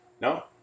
No